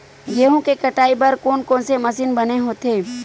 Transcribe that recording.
गेहूं के कटाई बर कोन कोन से मशीन बने होथे?